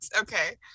Okay